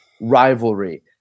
rivalry